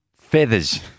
Feathers